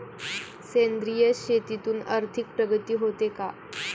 सेंद्रिय शेतीतून आर्थिक प्रगती होते का?